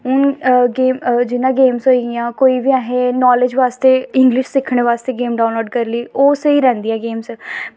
हून जि'यां गेम्स होइयां कोई बी असें नॉलेज़ बास्तै इंगलिश सिक्खन बास्तै गेम ओह् स्हेई रौंह्दी ऐ गेम्स पर